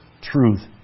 truth